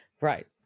Right